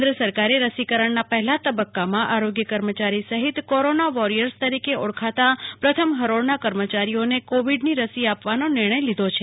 કેન્દ્ર સરકારે રસીકરણના પહેલા તબક્કામાં આરોગ્ય કર્મયારી સહિત કોરોના વોરિયર્સ તરીકે ઓળખાતા પ્રથમ હરોળના કર્મચારીઓને કોવિડની રસી આપવાનો નિર્ણય લીધો છે